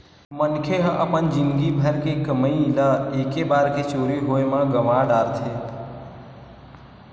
मनखे ह अपन जिनगी भर के कमई ल एके बार के चोरी होए म गवा डारथे